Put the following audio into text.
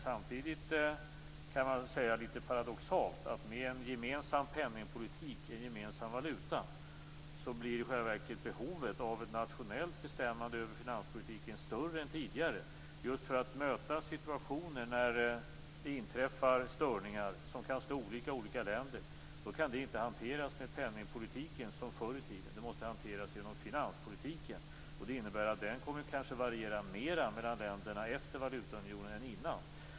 Samtidigt är det litet paradoxalt att med en gemensam penningpolitik och en gemensam valuta blir i själva verket behovet av ett nationellt bestämmande över finanspolitiken större än tidigare just för att möta situationer när det inträffar störningar som kan slå olika i olika länder. Då kan detta inte hanteras med penningpolitiken som förr i tiden, utan det måste hanteras genom finanspolitiken. Det innebär att den kanske kommer att variera mera mellan länderna efter valutaunionen än innan.